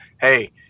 hey